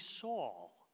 Saul